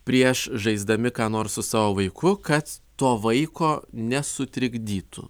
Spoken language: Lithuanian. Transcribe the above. prieš žaisdami ką nors su savo vaiku kad to vaiko nesutrikdytų